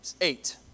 eight